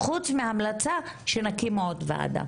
חוץ מההמלצה שנקים עוד ועדה